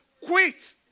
quit